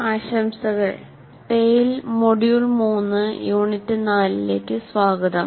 ആശംസകൾടെയിൽ module 3 unit നാലിലേക്ക് സ്വാഗതം